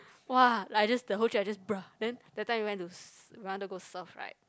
!wah! like just the whole trip I just bre then that time we went to s~ we want to go surf right